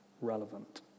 relevant